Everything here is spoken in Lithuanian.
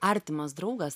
artimas draugas